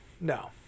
no